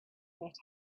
get